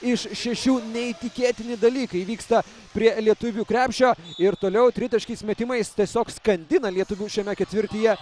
iš šešių neįtikėtini dalykai vyksta prie lietuvių krepšio ir toliau tritaškiais metimais tiesiog skandina lietuvius šiame ketvirtyje